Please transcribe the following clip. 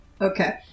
Okay